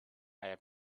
have